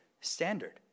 standard